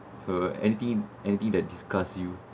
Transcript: so anything anything that disgusts you